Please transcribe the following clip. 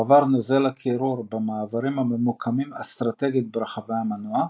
מועבר נוזל הקירור במעברים הממוקמים אסטרטגית ברחבי המנוע,